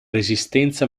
resistenza